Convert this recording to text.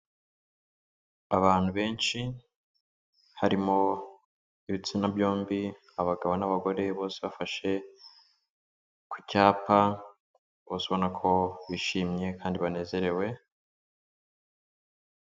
Abantu benshi harimo ibitsina byombi abagabo n'abagore bose bafashe ku cyapa bose ubona ko bishimye kandi banezerewe.